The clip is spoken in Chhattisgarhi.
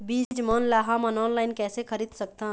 बीज मन ला हमन ऑनलाइन कइसे खरीद सकथन?